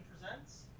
Presents